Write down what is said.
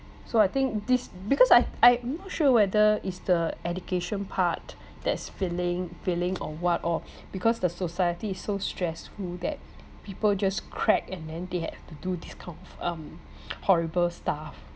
so I think this because I I'm not sure whether it's the education part that's failing failing or what or because the society is so stressful that people just crack and then they had to do this kind of um horrible stuff